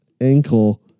ankle